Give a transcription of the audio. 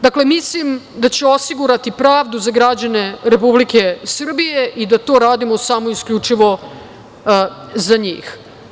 Dakle, mislim da će osigurati pravdu za građane Republike Srbije i da to radimo samo isključivo za njih.